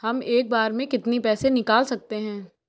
हम एक बार में कितनी पैसे निकाल सकते हैं?